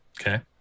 Okay